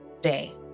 day